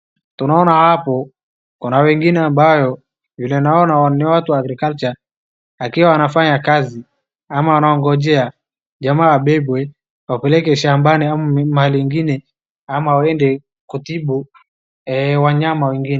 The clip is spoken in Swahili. Tunaona hapo kuna wengine ambao vile tunaona ni watu wa agriculture wakiwa wanafanya kazi ama wanangojea jamaa abebwe apelekwe shambani ama mahali ingine ama waende kutibu wanyama wengine.